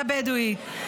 הבדואית,